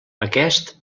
aquest